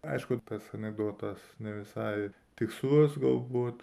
aišku tas anekdotas ne visai tikslus galbūt